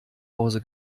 hause